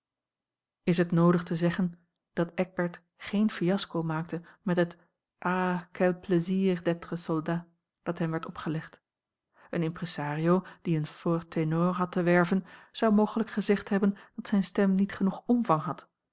is het noodig te zeggen dat eckbert geen fiasco maakte met het ah quel plaisir d'être soldat dat hem werd opgelegd een impresario die een fort ténor had te werven zou mogelijk gezegd hebben dat zijne stem niet genoeg omvang had